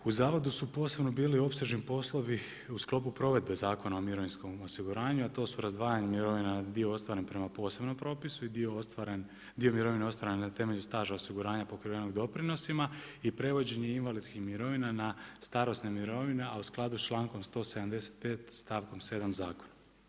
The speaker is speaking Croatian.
U zavodu su posebno bili opsežni poslovi u sklopu provedbe Zakona o mirovinskom osiguranju a to su razdvajanje mirovine dio ostvaren prema posebnom propisu i dio ostvaren, dio mirovina ostvaren na temelju staža osiguranja pokrivenog doprinosima i prevođenje invalidskih mirovina na starosne mirovine a u skladu s člankom 175. stavkom 7. zakona.